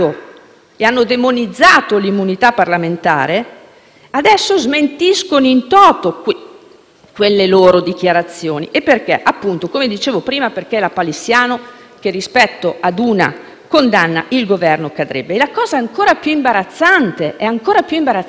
quelle loro dichiarazioni. Questo perché, come dicevo prima, è lapalissiano che rispetto ad una condanna il Governo cadrebbe. La cosa è ancora più imbarazzante per i colleghi dei 5 Stelle, signor Presidente, perché non hanno neanche il coraggio di metterci la faccia.